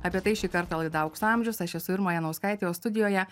apie tai šį kartą laida aukso amžius aš esu irma janauskaitė o studijoje